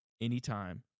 anytime